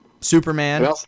Superman